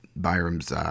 Byram's –